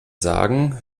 sagen